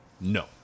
no